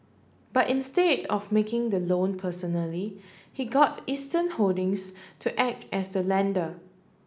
but instead of making the loan personally he got Eastern Holdings to act as the lender